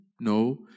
No